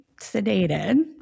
sedated